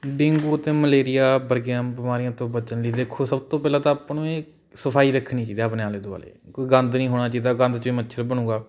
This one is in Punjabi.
ਡੇਂਗੂ ਅਤੇ ਮਲੇਰੀਆ ਵਰਗੀਆਂ ਬਿਮਾਰੀਆਂ ਤੋਂ ਬਚਣ ਲਈ ਦੇਖੋ ਸਭ ਤੋਂ ਪਹਿਲਾਂ ਤਾਂ ਆਪਾਂ ਨੂੰ ਇਹ ਸਫਾਈ ਰੱਖਣੀ ਚਾਹੀਦੀ ਹੈ ਆਪਣੇ ਆਲੇ ਦੁਆਲੇ ਕੋਈ ਗੰਦ ਨਹੀਂ ਹੋਣਾ ਚਾਹੀਦਾ ਗੰਦ 'ਚ ਮੱਛਰ ਬਣੇਗਾ